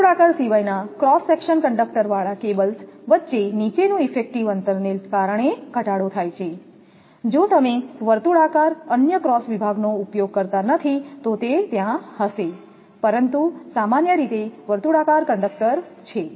વર્તુળાકાર સિવાયના cross section કંડક્ટરવાળા કેબલ્સ વચ્ચે નીચેનું ઇફેક્ટિવ અંતરને કારણે ઘટાડો થાય છે જો તમે વર્તુળાકાર અન્ય ક્રોસ વિભાગનો ઉપયોગ કરતા નથી તો તે ત્યાં હશે પરંતુ સામાન્ય રીતે વર્તુળાકાર કંડક્ટર છે